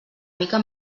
mica